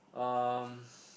um